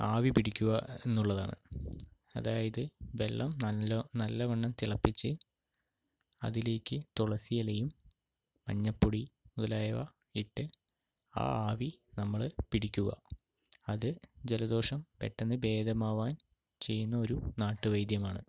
ആവിപ്പിടിക്കുക എന്നുള്ളതാണ് അതായത് വെള്ളം നല്ലൊ നല്ലവണ്ണം തിളപ്പിച്ച് അതിലേക്ക് തുളസി എലയും മഞ്ഞപ്പൊടി മുതലായവ ഇട്ട് ആവി നമ്മള് പിടിക്കുക അത് ജലദോഷം പെട്ടെന്ന് ഭേദമാവാൻ ചെയ്യുന്നൊരു നാട്ടു വൈദ്യമാണ്